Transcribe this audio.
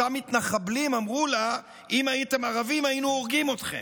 אותם מתנחבלים אמרו לה: אם הייתם ערבים היינו הורגים אתכם.